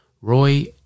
Roy